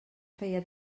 feia